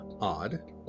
odd